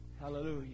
Hallelujah